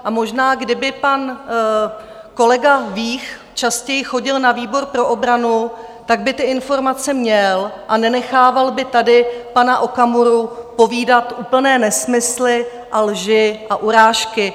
A možná kdyby pan kolega Vích častěji chodil na výbor pro obranu, tak by ty informace měl a nenechával by tady pana Okamuru povídat úplné nesmysly a lži a urážky.